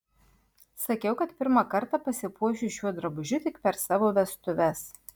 sakiau kad pirmą kartą pasipuošiu šiuo drabužiu tik per savo vestuves